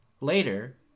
Later